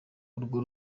urwo